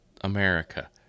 America